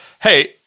Hey